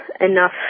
enough